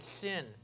sin